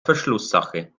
verschlusssache